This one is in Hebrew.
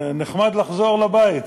נחמד לחזור לבית.